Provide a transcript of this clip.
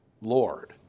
Lord